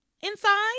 inside